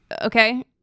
Okay